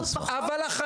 את הדוגמה,